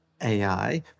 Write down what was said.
AI